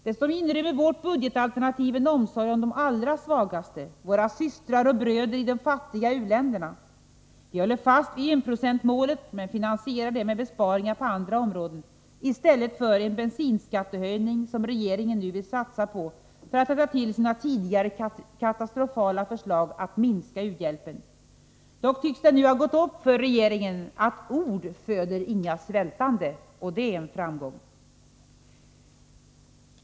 Dessutom inrymmer vårt budgetalternativ en omsorg om de allra svagaste, våra systrar och bröder i de fattiga u-länderna. Vi håller fast vid enprocentsmålet, men finansierar det med besparingar på andra områden och inte med en bensinskattehöjning, som regeringen nu vill satsa på för att rätta till sina tidigare katastrofala förslag att minska u-hjälpen. Dock tycks det nu ha gått upp för regeringen att ord inte föder några svältande, och det är en framgång.